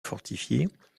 fortifiées